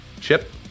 chip